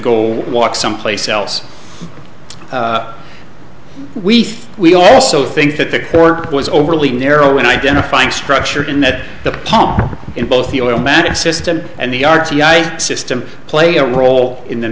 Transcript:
go walk someplace else we think we also think that the court was overly narrow in identifying structure and that the pump in both the automatic system and the r t i system play a role in the